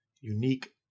unique